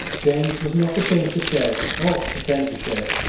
james was not ashamed to shed, or pretend to shed,